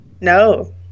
No